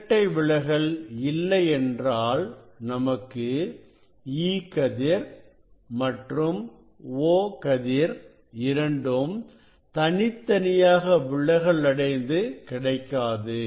இரட்டை விலகல் இல்லை என்றால் நமக்கு E கதிர் மற்றும் O கதிர் இரண்டும் தனித்தனியாக விலகல் அடைந்து கிடைக்காது